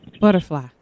Butterfly